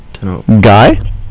Guy